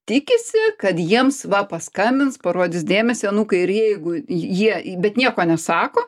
tikisi kad jiems va paskambins parodys dėmesį anūkai ir jeigu jie į bet nieko nesako